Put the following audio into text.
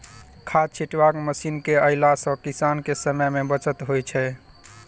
खाद छिटबाक मशीन के अयला सॅ किसान के समय मे बचत होइत छै